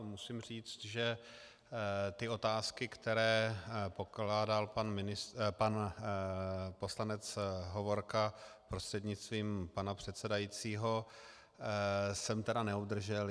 Musím říct, že otázky, které pokládal pan poslanec Hovorka, prostřednictvím pana předsedajícího, jsem tedy neobdržel.